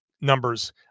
numbers